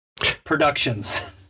productions